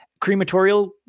crematorial